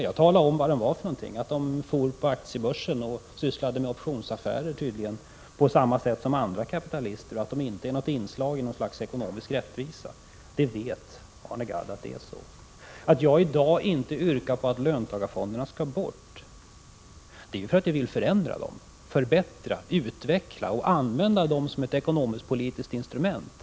Jag talade om vad löntagarfonderna var för något, att deras företrädare for på aktiebörsen och tydligen sysslade med optionsaffärer på samma sätt som andra kapitalister och att de inte är ett inslag i något slags ekonomisk rättvisa. Arne Gadd vet att det är så. Att jag i dag inte yrkar på att löntagarfonderna skall bort beror på att jag vill förändra dem: förbättra dem, utveckla dem och använda dem som ett ekonomiskt-politiskt instrument.